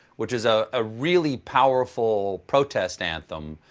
which is a ah really powerful protest anthem.